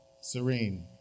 serene